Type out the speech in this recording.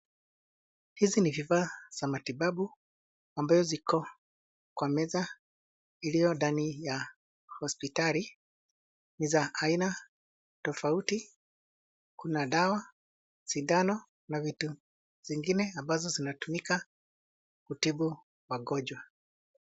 Hizi ni vifaa za matibabu ambayo ziko juu ya meza ikiyo ndani ya hospitali. Ni za aina tofauti. Kuna dawa, sindano na vitu zingine ambazo zinatumika kutibu magonjwa.